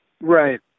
Right